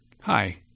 Hi